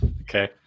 Okay